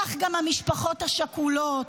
כך גם המשפחות השכולות,